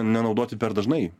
nenaudoti per dažnai